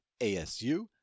ASU